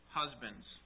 husbands